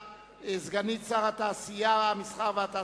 רבותי, אנחנו ממשיכים בסדר-היום.